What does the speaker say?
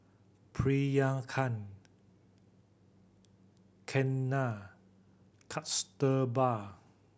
Priyanka Ketna Kasturba